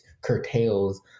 curtails